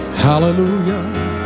Hallelujah